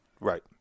Right